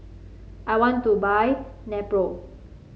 I want to buy Nepro